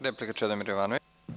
Replika, Čedomir Jovanović.